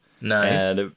Nice